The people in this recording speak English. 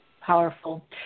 Powerful